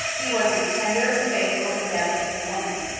he was as tender and faithful and deft as a woman.